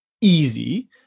easy